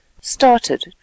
started